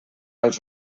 als